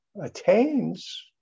attains